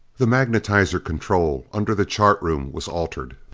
the magnetizer control under the chart room was altered,